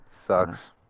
sucks